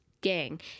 gang